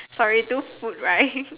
sorry two food right